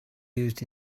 used